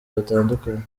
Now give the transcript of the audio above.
batandukanye